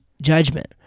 judgment